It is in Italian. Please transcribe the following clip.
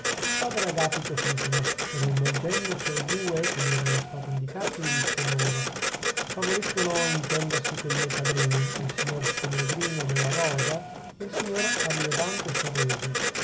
il padre agapito s'inchinò e rivolgendosi ai due che gli erano stati indicati disse loro favoriscano intendersi coi miei padrini il signor pellegrino della rosa e il signor ariodante soresi